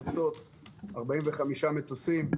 45 מטוסים,